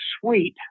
suite